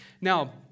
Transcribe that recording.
Now